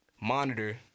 monitor